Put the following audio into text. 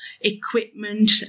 equipment